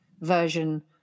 version